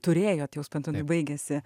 turėjot jau suprantu jinai baigėsi